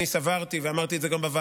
אני סברתי ואמרתי את זה גם בוועדה,